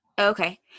Okay